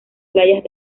playas